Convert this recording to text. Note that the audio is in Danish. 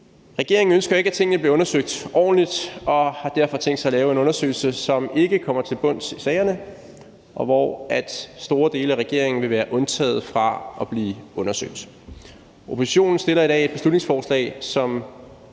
Regeringen ønsker ikke, at tingene bliver undersøgt ordentligt, og har derfor tænkt sig at lave en undersøgelse, som ikke kommer til bunds i sagerne, og hvor store dele regeringen vil være undtaget fra at blive undersøgt. Oppositionen har fremsat det her beslutningsforslag, som